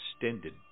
extended